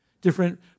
Different